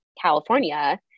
California